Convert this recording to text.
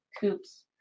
coops